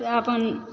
से अपन